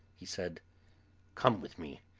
he said come with me.